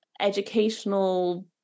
educational